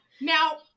Now